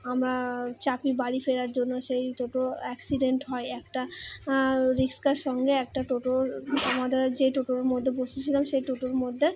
আমরা চাপি বাড়ি ফেরার জন্য সেই টোটো অ্যাক্সিডেন্ট হয় একটা রিস্কার সঙ্গে একটা টোটোর আমাদের যে টোটোর মধ্যে বসেছিলাম সেই টোটোর মধ্যে